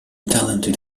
talented